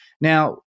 Now